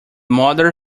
mother